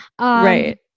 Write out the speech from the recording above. right